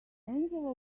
angela